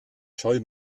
scheu